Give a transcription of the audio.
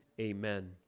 Amen